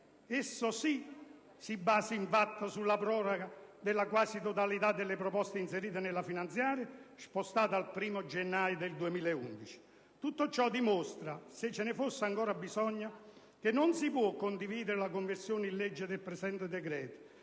esso si basa, infatti, sulla proroga della quasi totalità delle proposte inserite nella finanziaria, spostata al 1° gennaio 2011. Tutto ciò dimostra, se ve ne fosse ancora bisogno, che non si può condividere la conversione in legge del presente decreto,